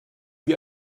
wie